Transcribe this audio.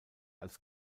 als